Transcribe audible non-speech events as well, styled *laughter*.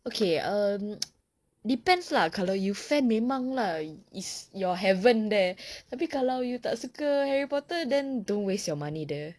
okay um *noise* depends lah kalau you fan memang lah it's your heaven there tapi kalau you tak suka harry potter then don't waste your money there